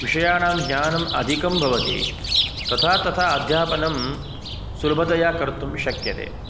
विषयाणां ज्ञानम् अधिकं भवति तथा तथा अध्यापनं सुलभतया कर्तुं शक्यते